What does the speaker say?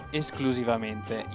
esclusivamente